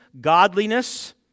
godliness